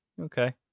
Okay